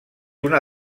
una